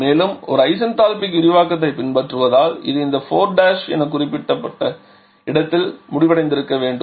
மேலும் நாம் ஒரு ஐசென்தால்பிக் விரிவாக்கத்தைப் பின்பற்றுவதால் இது இந்த 4' எனும் குறிப்பிட்ட இடத்தில் முடிவடைந்திருக்க வேண்டும்